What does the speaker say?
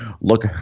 look